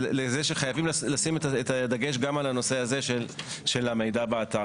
מעבר לסניף הזה לפתוח עוד נציגות באותה